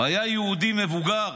היה יהודי מבוגר